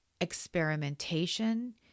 experimentation